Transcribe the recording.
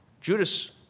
Judas